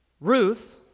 Ruth